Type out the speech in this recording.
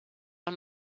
del